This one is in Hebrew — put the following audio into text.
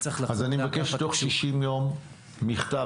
אני מבקש תוך 60 יום מכתב,